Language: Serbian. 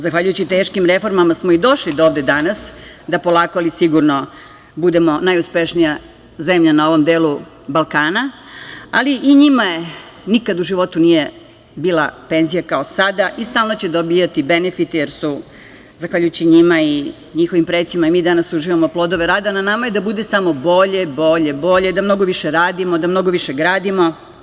Zahvaljujući teškim reformama smo i došli do ovde danas, da polako ali sigurno budemo najuspešnija zemlja na ovom delu Balkana, ali i njima nikad u životu nije bila penzija kao sada i stalno će dobijati benefite, jer zahvaljujući njima i njihovim precima i mi danas uživamo plodove rada, a na nama je da bude samo bolje, bolje, bolje, da mnogo više radimo, da mnogo više gradimo.